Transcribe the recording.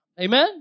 Amen